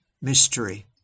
mystery